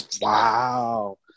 Wow